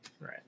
Right